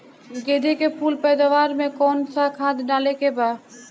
गेदे के फूल पैदवार मे काउन् सा खाद डाले के बा?